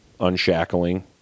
unshackling